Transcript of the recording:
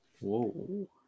Whoa